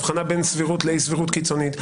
הבחנה בין סבירות לאי סבירות קיצונית,